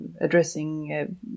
addressing